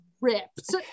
ripped